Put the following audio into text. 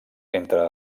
entre